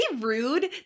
rude